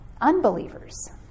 unbelievers